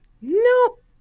Nope